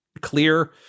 Clear